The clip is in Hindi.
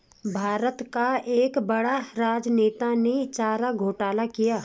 भारत का एक बड़ा राजनेता ने चारा घोटाला किया